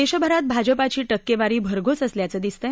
देशभरात भाजपाची टक्केवारी भरघोस असल्याचं दिसतं